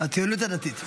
מהציונות הדתית.